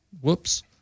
Whoops